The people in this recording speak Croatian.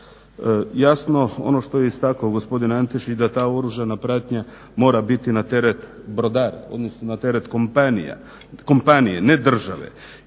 Jasno ono što je istaknuo gospodin Antešić da ta oružana pratnja mora biti na teret brodara odnosno na teret kompanije, ne države.